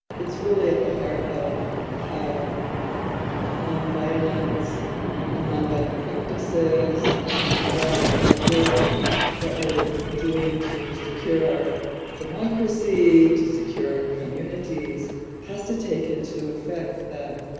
it's really at the heart of how nonviolence and nonviolent practices can thrive and the work and that we're doing to secure our democracy to secure our communities has to take into effect that,